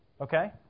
Okay